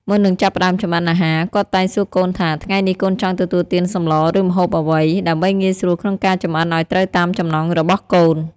មុននឹងចាប់ផ្ដើមចម្អិនអាហារ គាត់តែងសួរកូនថា "ថ្ងៃនេះកូនចង់ទទួលទានសម្លរ ឬមុខម្ហូបអ្វី?" ដើម្បីងាយស្រួលក្នុងការចម្អិនឲ្យត្រូវតាមចំណង់របស់កូន។